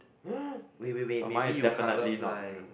wait wait wait maybe you colourblind